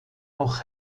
auch